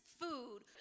food